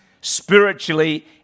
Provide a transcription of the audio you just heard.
spiritually